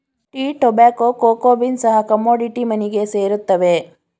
tea, tobacco, cocoa beans ಸಹ commodity ಮನಿಗೆ ಸೇರುತ್ತವೆ